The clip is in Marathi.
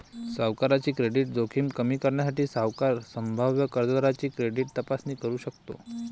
सावकाराची क्रेडिट जोखीम कमी करण्यासाठी, सावकार संभाव्य कर्जदाराची क्रेडिट तपासणी करू शकतो